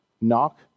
knock